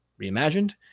reimagined